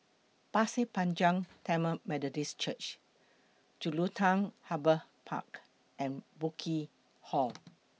Pasir Panjang Tamil Methodist Church Jelutung Harbour Park and Burkill Hall